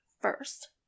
first